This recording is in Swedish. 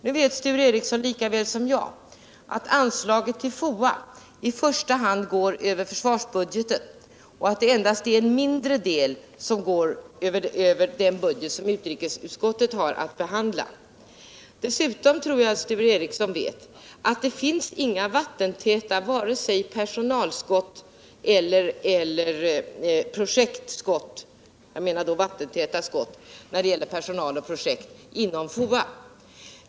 Nu vet Sture Ericson lika väl som jag att anslaget till FOA i första hand går över försvarsbudgeten och att endast en mindre del av anslaget tas av den budget som utrikesutskottet har att behandla. Dessutom tror jag att Sture Ericson vet att det inte finns några vattentäta skott mellan personalanslag och projektanslag inom FOA.